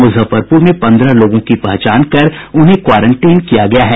मुजफ्फरपुर में पंद्रह लोगों की पहचान कर उन्हें क्वारंटीन किया गया है